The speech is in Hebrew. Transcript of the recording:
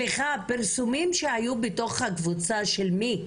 סליחה, פרסומים שהיו בתוך הקבוצה של מי?